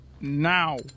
now